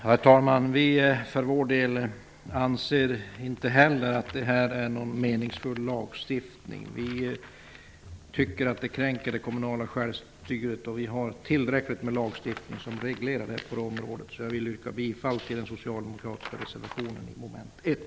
Herr talman! Vänsterpartiet anser inte heller att denna lagstiftning är meningsfull. Vi anser att den kränker det kommunala självstyret och att vi har tillräckligt med lagstiftning på detta område som reglerar. Jag yrkar därför bifall till den socialdemokratiska reservationen under mom. 1.